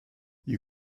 you